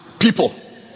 people